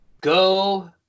Go